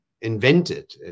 invented